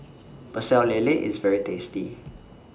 Pecel Lele IS very tasty